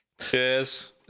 Cheers